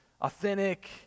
authentic